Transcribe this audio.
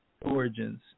origins